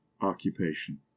occupation